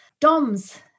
doms